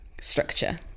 structure